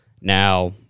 now